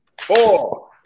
four